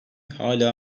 hâlâ